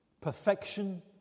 Perfection